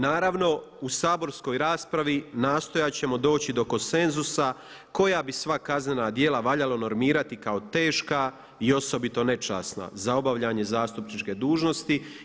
Naravno, u saborskoj raspravi nastojat ćemo doći do konsenzusa koja bi sva kaznena djela valjalo normirati kao teška i osobito nečasna za obavljanje zastupničke dužnosti.